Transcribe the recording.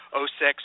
06